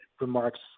remarks